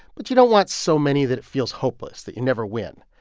but you don't want so many that it feels hopeless, that you never win.